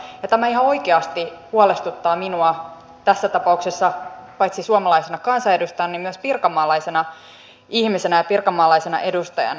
tämä ihan oikeasti huolestuttaa minua tässä tapauksessa paitsi suomalaisena kansanedustajana myös pirkanmaalaisena ihmisenä ja pirkanmaalaisena edustajana